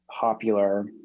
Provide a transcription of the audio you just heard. Popular